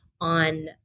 on